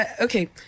okay